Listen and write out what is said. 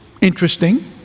interesting